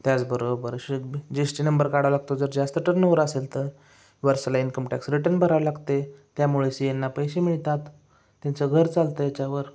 त्याचबरोबर परत शी जी एस टी नंबर काढावं लागतं जर जास्त टर्नओवर असेल तर वर्षाला इन्कम टॅक्स रिटर्न भरावं लागते त्यामुळे शी ऐंना पैसे मिळतात त्यांचं घर चालतं याच्यावर